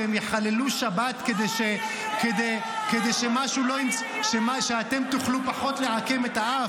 שהם יחללו שבת כדי שאתם תוכלו פחות לעקם את האף?